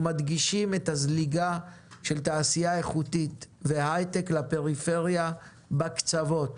אנחנו מדגישים את הזליגה של תעשייה איכותית והיי-טק לפריפריה בקצוות.